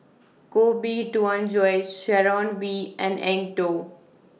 Koh Bee Tuan Joyce Sharon Wee and Eng Tow